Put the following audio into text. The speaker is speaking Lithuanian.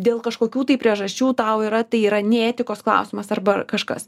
dėl kažkokių tai priežasčių tau yra tai yra nei etikos klausimas arba kažkas